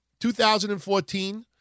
2014